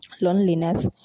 loneliness